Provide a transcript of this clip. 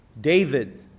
David